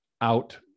out